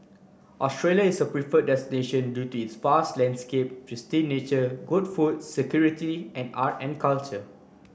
Australia is a preferred destination due to its vast landscape pristine nature good food security and art and culture